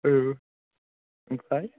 औ ओमफ्राय